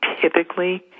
typically